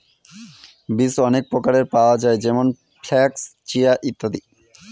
বীজ অনেক প্রকারের পাওয়া যায় যেমন ফ্লাক্স, চিয়া, ইত্যাদি